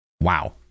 Wow